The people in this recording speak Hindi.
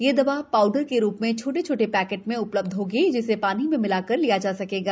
यह दवा पाउडर के रूप में छोटे छोटे पैकेट में उपलब्ध होगी जिसे पानी में मिलाकर लिया जा सकेगा